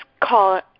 call